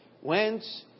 whence